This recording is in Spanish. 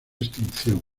extinción